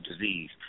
disease